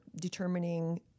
determining